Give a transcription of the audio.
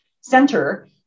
center